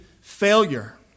failure